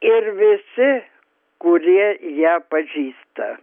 ir visi kurie ją pažįsta